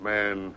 Man